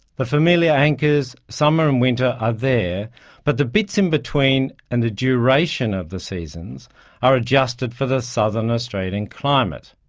the familiar anchors, summer and winter, are there but the bits in between and the duration of the seasons are adjusted for the southern australian climate.